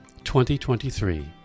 2023